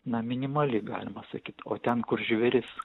na minimali galima sakyt o ten kur žvėris